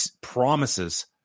promises